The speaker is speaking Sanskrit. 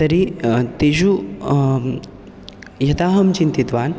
तर्हि तेषु यथाहं चिन्तितवान्